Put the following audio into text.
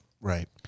Right